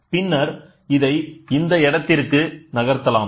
பின்னர் இதை இந்த இடத்திற்கு நகர்த்தலாம்